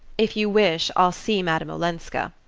if you wish, i'll see madame olenska,